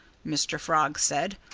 mr. frog said.